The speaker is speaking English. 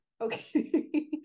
okay